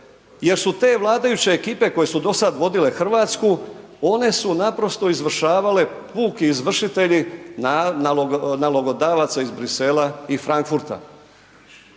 Jer su te vladajuće ekipe koje su dosad vodile Hrvatsku, one su naprosto izvršavale, puki izvršitelji nalogodavaca iz Bruxellesa i Frankfurta.